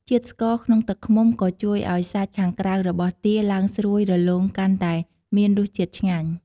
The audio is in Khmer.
ជាតិស្ករក្នុងទឹកឃ្មុំក៏ជួយឱ្យសាច់ខាងក្រៅរបស់ទាឡើងស្រួយរលោងកាន់ តែមានរស់ជាតិឆ្ងាញ់។